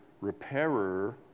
repairer